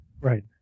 Right